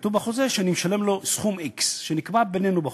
כתוב בחוזה שאני משלם לו סכום X שנקבע בינינו בחוזה.